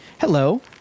Hello